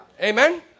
Amen